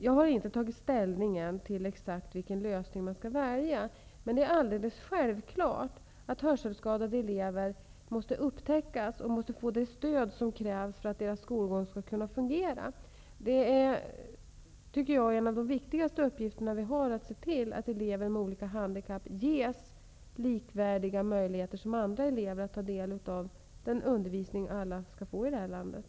Jag har inte tagit ställning än till exakt vilken lösning man skall välja. Men det är alldeles självklart att hörselskadade elever måste upptäckas och få det stöd som krävs för att deras skolgång skall kunna fungera. Det tycker jag är en av de viktigaste uppgifter vi har, att se till att elever med olika handikapp ges likvärdiga möjligheter som andra elever att ta del av den undervisning som alla skall få i det här landet.